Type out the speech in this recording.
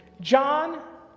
John